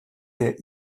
der